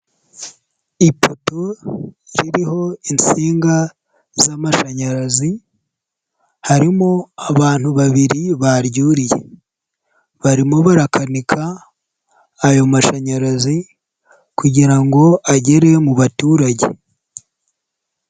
Ipopu ziriho insinga z'amashanyarazi, harimo abantu babiri baryuriye, barimo barakanika ayo mashanyarazi kugira ngo agere mu baturage.